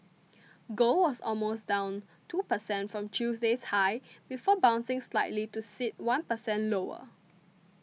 gold was down almost two percent from Tuesday's highs before bouncing slightly to sit one percent lower